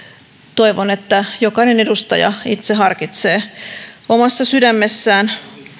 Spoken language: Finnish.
toivon että jokainen edustaja itse harkitsee omassa sydämessään